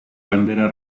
bandera